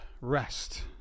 rest